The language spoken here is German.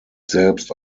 selbst